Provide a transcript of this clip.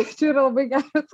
čia yra labai geras